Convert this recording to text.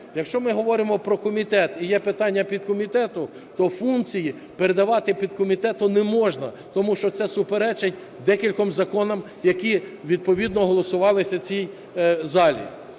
Якщо ми говоримо про комітет і є питання підкомітету, то функції передавати підкомітету не можна, тому що це суперечить декільком законам, які відповідно голосувалися в цій залі.